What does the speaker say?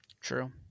True